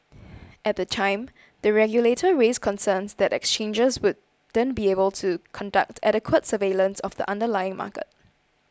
at the time the regulator raised concerns that exchanges wouldn't be able to conduct adequate surveillance of the underlying market